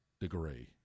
degree